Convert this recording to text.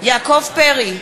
יעקב פרי,